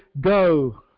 Go